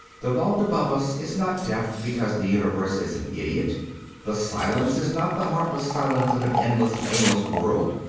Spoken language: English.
the vault above us is not deaf because the universe is an idiot the silence is not the heartless silence of an endless and aimless world.